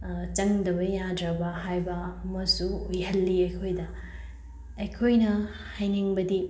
ꯆꯪꯗ꯭ꯔꯕ ꯌꯥꯗ꯭ꯔꯕ ꯍꯥꯏꯕ ꯑꯃꯁꯨ ꯑꯣꯏꯍꯜꯂꯤ ꯑꯩꯈꯣꯏꯗ ꯑꯩꯈꯣꯏꯅ ꯍꯥꯏꯅꯤꯡꯕꯗꯤ